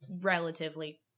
relatively